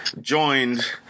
Joined